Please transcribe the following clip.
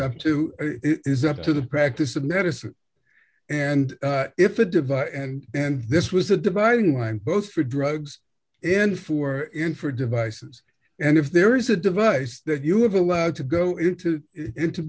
up to it is up to the practice of medicine and if a device and and this was a dividing line both for drugs and for in for devices and if there is a device that you have allowed to go into i